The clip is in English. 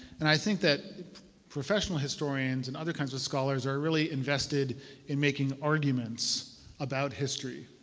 and i think that professional historians and other kinds of scholars are really invested in making arguments about history.